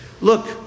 look